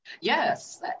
Yes